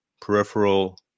peripheral